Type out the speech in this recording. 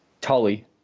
Tully